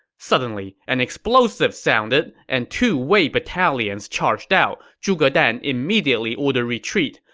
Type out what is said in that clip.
suddenly, an explosive sounded, and two wei battalions charged out. zhuge dan immediately ordered retreat,